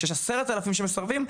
כשיש 10 אלף שמסרבים,